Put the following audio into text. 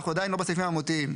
אנחנו עדיין לא בסעיפים המהותיים,